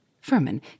Furman